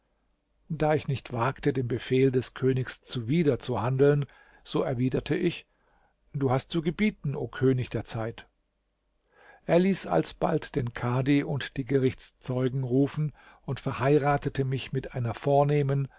da ich nicht wagte dem befehl des königs zuwider zu handeln so erwiderte ich du hast zu gebieten o könig der zeit er ließ alsbald den kadi und die gerichtszeugen rufen und verheiratete mich mit einer vornehmen